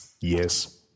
yes